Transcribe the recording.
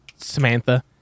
Samantha